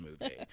movie